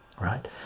right